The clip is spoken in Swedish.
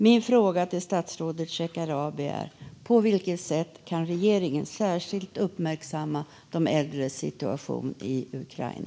Min fråga till statsrådet Shekarabi är: På vilket sätt kan regeringen särskilt uppmärksamma de äldres situation i Ukraina?